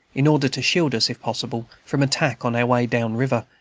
in order to shield us, if possible, from attack on our way down river,